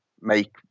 make